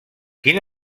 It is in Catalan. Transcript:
quin